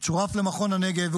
שצורף למכון הנגב,